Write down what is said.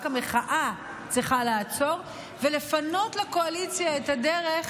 רק המחאה צריכה לעצור ולפנות לקואליציה את הדרך